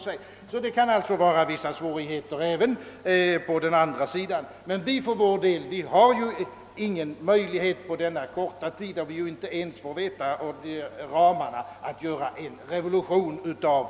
Det kan alltså finnas vissa svårigheter även på den andra sidan, men oppositionen har ingen möjlighet att åstadkomma en revolution på kort tid, när vi inte ens får reda på hur stora ramarna är.